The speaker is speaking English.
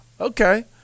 okay